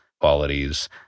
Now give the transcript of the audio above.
qualities